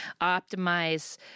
optimize